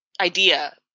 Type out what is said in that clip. idea